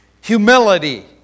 Humility